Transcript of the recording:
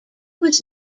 was